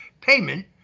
payment